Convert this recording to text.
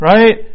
Right